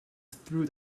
through